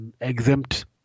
exempt